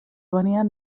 venien